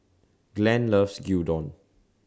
Glenn loves Gyudon